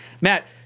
Matt